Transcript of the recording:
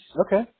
Okay